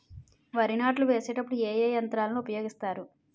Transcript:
వరి నాట్లు వేసేటప్పుడు ఏ యంత్రాలను ఉపయోగిస్తారు?